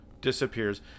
Disappears